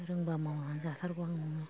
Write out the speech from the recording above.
रोंबा मावनानै जाथारगौ आं नङो